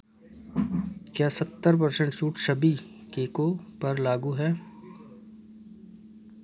क्या सत्तर परसेंट छूट सभी केकों पर लागू है